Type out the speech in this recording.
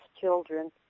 children